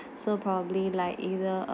so probably like either